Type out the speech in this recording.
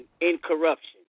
incorruption